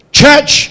church